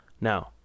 now